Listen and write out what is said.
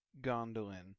Gondolin